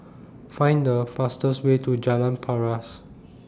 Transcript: Find The fastest Way to Jalan Paras